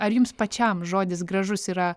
ar jums pačiam žodis gražus yra